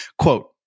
Quote